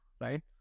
right